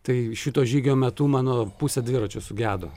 tai šito žygio metu mano pusė dviračio sugedo